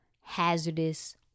Hazardous